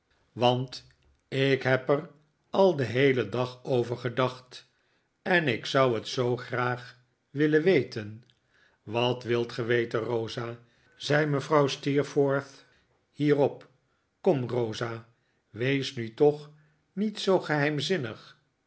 want ik heb er al den heelen dag over gedacht en ik zou het zoo graag willen weten wat wilt ge weten rosa zei mevrouw steerforth hierop kom rosa wees nu toch niet zoo geheimzinnig